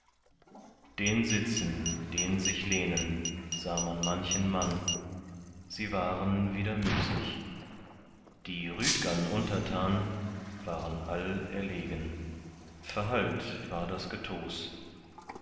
den sitzen den sich lehnen sah man manchen mann sie waren wieder müßig die rüdgern untertan waren all erlegen verhallt war das